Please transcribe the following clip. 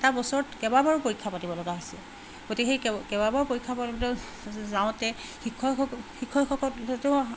এটা বছৰত কেইবাবাৰো পৰীক্ষা পাতিব লগা হৈছে গতিকে সেই কেই কেইবাবাৰো পৰীক্ষা পাতিব যাওঁতে শিক্ষকসকল শিক্ষকসকল যাতে তেওঁৰ